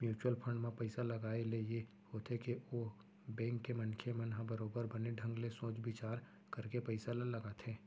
mutual fund म पइसा लगाए ले ये होथे के ओ बेंक के मनखे मन ह बरोबर बने ढंग ले सोच बिचार करके पइसा ल लगाथे